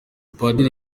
padiri